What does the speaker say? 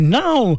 now